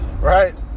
Right